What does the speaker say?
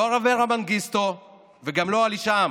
לא על אברה מנגיסטו וגם לא על הישאם,